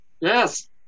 yes